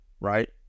right